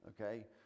okay